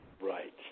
Right